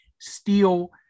steel